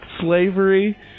slavery